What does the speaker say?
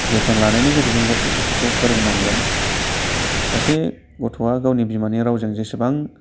जोथोन लानायनि गेजेरजों गथ'फोरखौ फोरोंनांगोन सासे गथ'आ गावनि बिमानि रावजों जेसेबां